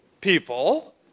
people